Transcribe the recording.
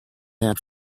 have